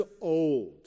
old